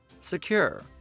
Secure